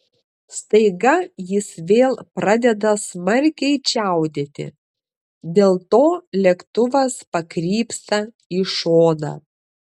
staiga jis vėl pradeda smarkiai čiaudėti dėl to lėktuvas pakrypsta į šoną